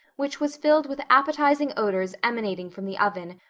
which was filled with appetizing odors emanating from the oven,